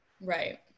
Right